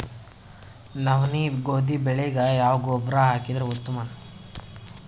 ನವನಿ, ಗೋಧಿ ಬೆಳಿಗ ಯಾವ ಗೊಬ್ಬರ ಹಾಕಿದರ ಉತ್ತಮ?